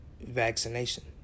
vaccination